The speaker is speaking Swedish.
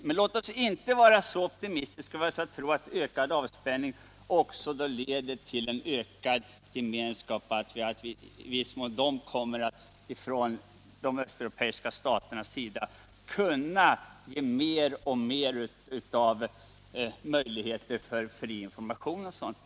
Men låt oss inte vara så optimistiska att vi tror att ökad avspänning också leder till ökad gemenskap och att de östeuropeiska staterna kommer att ge större och större möjligheter till fri information och sådant.